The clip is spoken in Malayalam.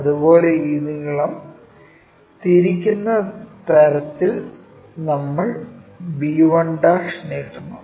അതുപോലെ ഈ നീളം തിരിക്കുന്ന തരത്തിൽ നമ്മൾ b1 നീട്ടണം